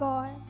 God